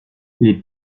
les